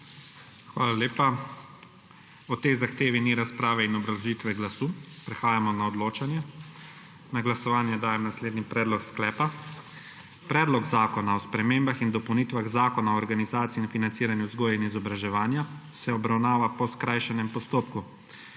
Hvala lepa. O tej zahtevi ni razprave in obrazložitve glasu. Prehajamo na odločanje. Na glasovanje dajem naslednji predlog sklepa: Predlog zakona o spremembah in dopolnitvah Zakona o organizaciji in financiranju vzgoje in izobraževanja se obravnava po skrajšanem postopku.